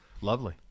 lovely